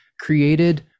created